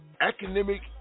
academic